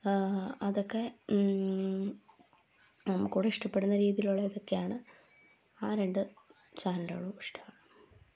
അതൊക്കെ നമുക്ക് കൂടെ ഇഷ്ടപ്പെടുന്ന രീതിയിലുള്ളതൊക്കെയാണ് ആ രണ്ട് ചാനലുകളും ഇഷ്ടമാണ്